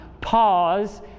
pause